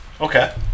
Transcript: Okay